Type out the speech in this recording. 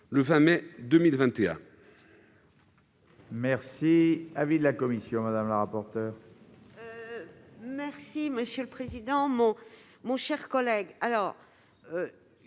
le 20 mai 2021.